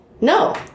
no